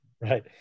Right